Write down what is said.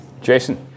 Jason